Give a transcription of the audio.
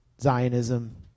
Zionism